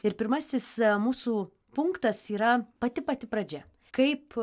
ir pirmasis mūsų punktas yra pati pati pradžia kaip